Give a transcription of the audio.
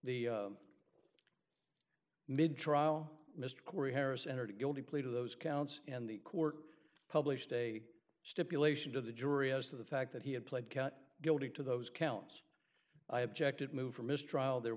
the mid trial mr corey harris entered a guilty plea to those counts and the court published a stipulation to the jury as to the fact that he had pled cat guilty to those counts i objected move for mistrial there